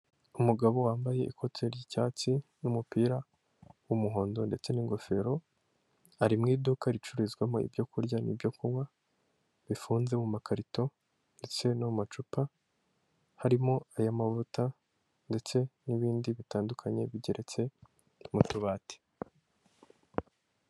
Umugabo wambaye ikote ry'icyatsi n'umupira w'umuhondo ndetse n'ingofero, ari mu iduka ricururizwamo ibyo kurya n'ibyo kunywa bifunze mu makarito ndetse no mu macupa harimo ayaamavuta ndetse n'ibindi bitandukanye bigeretse m'utubati.